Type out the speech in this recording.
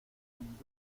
sin